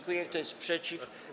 Kto jest przeciw?